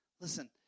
Listen